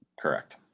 Correct